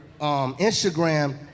Instagram